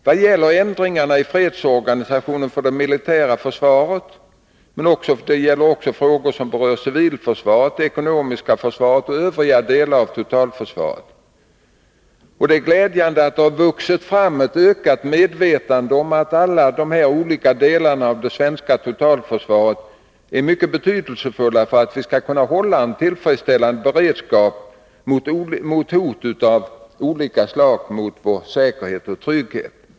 Det gäller ändringarna i fredsorganisationen för det militära försvaret men också frågor som rör civilförsvaret, det ekonomiska försvaret och övriga delar av totalförsvaret. Det är glädjande att det har vuxit fram ett ökat medvetande om att alla dessa olika delar av det svenska totalförsvaret är mycket betydelsefulla för att vi skall kunna hålla en tillfredsställande beredskap mot olika slag av hot mot vår säkerhet och trygghet.